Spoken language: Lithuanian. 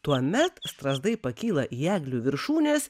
tuomet strazdai pakyla į eglių viršūnes